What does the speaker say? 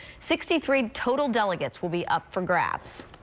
sixty three total delegates will be up for grabs.